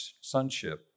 sonship